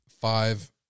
Five